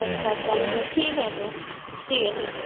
अच्छा चलिए ठीक है तो ठीक है ठीक